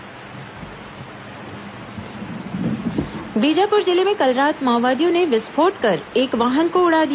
माओवादी विस्फोट बीजापुर जिले में कल रात माओवादियों ने विस्फोट कर एक वाहन को उड़ा दिया